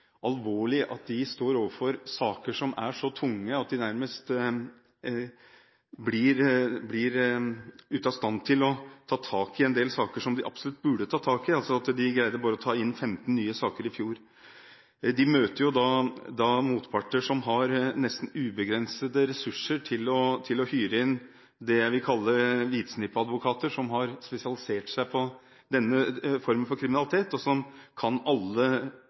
alvorlig at de står overfor saker som er så tunge at de nærmest blir ute av stand til å ta tak i en del saker som de absolutt burde ta tak i. De greide å ta inn bare 15 saker i fjor. De møter motparter som har nesten ubegrensede ressurser til å hyre inn det jeg vil kalle hvitsnippadvokater, som har spesialisert seg på denne formen for kriminalitet, og som kan absolutt alle